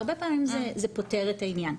הרבה פעמים זה פותר את העניין.